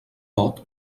vot